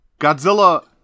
Godzilla